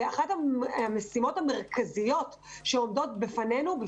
אחת המשימות המרכזיות שעומדות בפנינו,